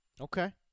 Okay